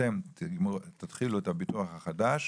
אתם תתחילו את הביטוח החדש,